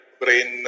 brain